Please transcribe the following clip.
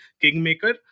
kingmaker